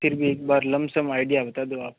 फिर भी एक बार लमसम आइडीया बता दो आप